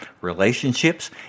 relationships